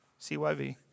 CYV